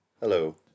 Hello